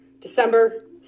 December